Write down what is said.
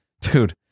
dude